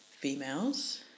females